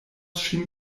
ŝin